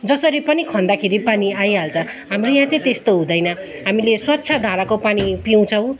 जसरी पनि खन्दाखेरि पानी आइहाल्छ हाम्रो यहाँ चाहिँ त्यस्तो हुँदैन हामीले स्वच्छ धाराको पानी पिउँछौँ